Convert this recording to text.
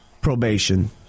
probation